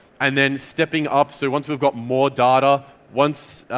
and then stepping up so once we've got more data, once